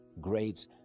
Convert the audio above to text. great